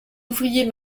ouvriers